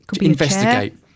Investigate